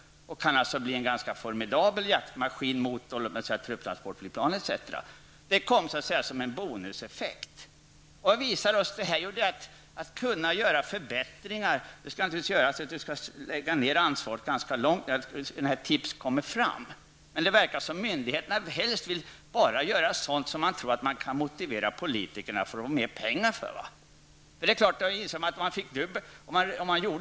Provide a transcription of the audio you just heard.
Denna kan alltså bli en ganska bra jaktmaskin mot exempelvis trupptransportflygplan. Detta kom så att säga som en bonuseffekt. Vad visar oss detta? Jo, det visar att om det skall bli möjligt att göra förbättringar, så skall ansvaret läggas ganska långt ned, på en nivå där sådana här tips kan komma fram. Men det verkar som om myndigheterna helst bara vill göra sådant som man tror kan motivera politikerna till att ge mer pengar.